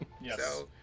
Yes